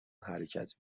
حرکت